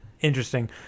interesting